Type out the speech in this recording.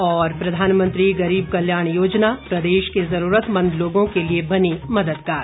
और प्रधानमंत्री गरीब कल्याण योजना प्रदेश के जरूरतमंद लोगों के लिए बनी मददगार